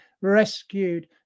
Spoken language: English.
rescued